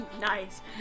nice